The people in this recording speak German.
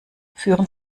führen